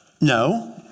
No